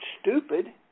stupid